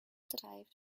derived